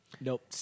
Nope